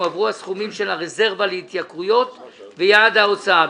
הועברו הסכומים של הרזרבה להתייקרויות ויעד ההוצאה.